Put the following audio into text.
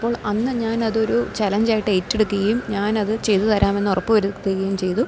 അപ്പോൾ അന്ന് ഞാനതൊരു ചലഞ്ചായിട്ട് ഏറ്റെടുക്കുകയും ഞാനത് ചെയ്തു തരാമെന്ന് ഉറപ്പ് വരുത്തുകയും ചെയ്തു